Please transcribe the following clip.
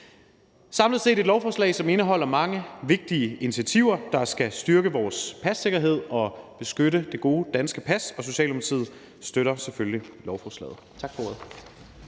set er det et lovforslag, som indeholder mange vigtige initiativer, som skal styrke vores passikkerhed og beskytte det gode danske pas, og Socialdemokratiet støtter selvfølgelig lovforslaget. Tak for ordet.